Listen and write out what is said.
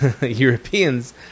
Europeans